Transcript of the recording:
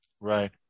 Right